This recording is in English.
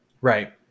right